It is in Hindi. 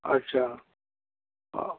अच्छा हाँ